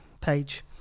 page